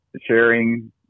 sharing